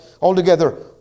altogether